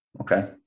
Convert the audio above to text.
Okay